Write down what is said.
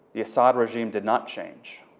the assad regime did not change.